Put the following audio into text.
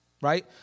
right